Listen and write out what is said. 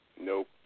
Nope